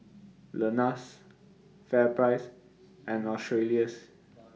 Lenas FairPrice and Australis